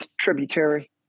tributary